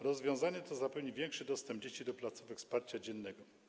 Rozwiązanie to zapewni większy dostęp dzieci do placówek wsparcia dziennego.